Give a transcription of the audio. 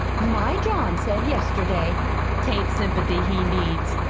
my john said yesterday t ain't sympathy he needs.